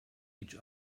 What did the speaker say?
each